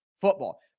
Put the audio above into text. football